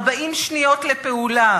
40 שניות לפעולה.